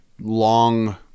long